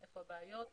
איפה הבעיות והאתגרים.